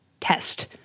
test